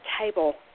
table